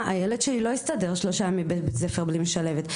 הילד שלי לא יסתדר שלושה ימים בבית ספר בלי משלבת.